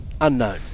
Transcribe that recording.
Unknown